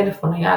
טלפון נייד,